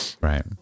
right